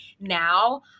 Now